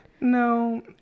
No